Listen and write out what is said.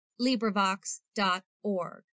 LibriVox.org